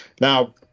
Now